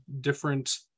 different